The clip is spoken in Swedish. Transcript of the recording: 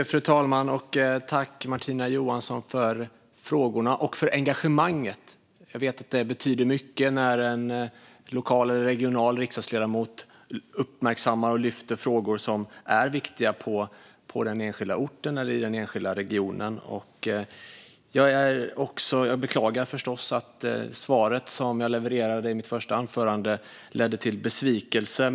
Fru talman! Jag tackar Martina Johansson för frågorna och för engagemanget. Jag vet att det betyder mycket när en lokal eller regional riksdagsledamot uppmärksammar och lyfter upp frågor som är viktiga på den enskilda orten eller i den enskilda regionen. Jag beklagar förstås att svaret som jag levererade i mitt första anförande ledde till besvikelse.